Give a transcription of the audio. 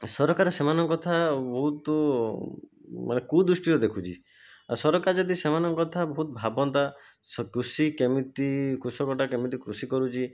ସରକାର ସେମାନଙ୍କ କଥା ବହୁତ ମାନେ କୁଦୃଷ୍ଟିରେ ଦେଖୁଛି ଆଉ ସରକାର ଯଦି ସେମାନଙ୍କ କଥା ବହୁତ ଭବନ୍ତା କୃଷି କେମିତି କୃଷକଟା କେମିତି କୃଷି କରୁଛି